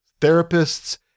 Therapists